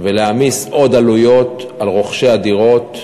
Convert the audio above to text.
ולהעמיס עוד עלויות על רוכשי הדירות,